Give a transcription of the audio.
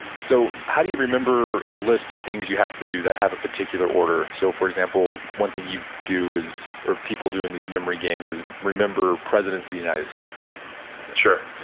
so how do you remember a list of things you have to do that have a particular order? so for example, one thing you do or people do in these memory games is remember presidents of the united states sure.